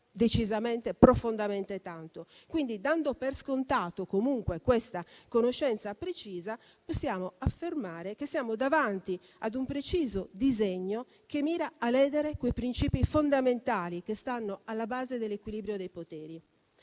decisamente e profondamente. Dando quindi per scontata questa conoscenza precisa, possiamo affermare che siamo davanti ad un preciso disegno che mira a ledere i principi fondamentali che stanno alla base dell'equilibrio dei poteri.